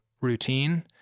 routine